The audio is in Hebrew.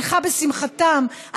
שמחה בשמחתם,